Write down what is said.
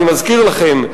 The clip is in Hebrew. אני מזכיר לכם,